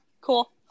Cool